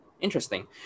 interesting